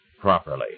properly